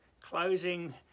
closing